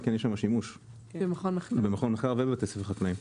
אבל יש שם שימוש במכון מחקר ובבתי ספר חקלאיים.